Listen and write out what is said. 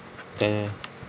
jap eh